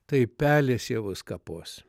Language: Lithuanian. tai pelės javus kapos